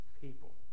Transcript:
people